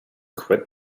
quit